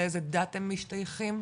לאיזה דת הם משתייכים,